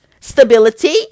stability